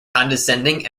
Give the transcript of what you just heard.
condescending